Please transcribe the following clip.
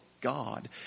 God